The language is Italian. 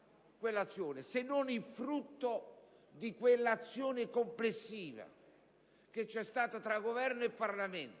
essa è il frutto dell'azione complessiva che c'è stata tra Governo e Parlamento e